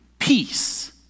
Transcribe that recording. Peace